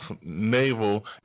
naval